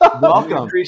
welcome